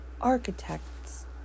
Architects